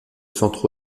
centre